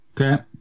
Okay